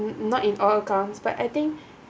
not in all accounts but I think